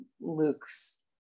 Luke's